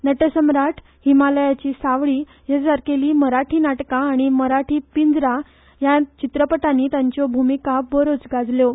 नटसम्राट हीमालयाची सावळी ह्यासारखेली मराठी नाटका आनी मराठी पिंजरा ह्या चित्रपटानी तांच्यो भुमिका बऱ्योच गाजल्यो